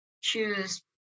choose